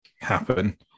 happen